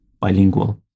bilingual